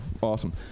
awesome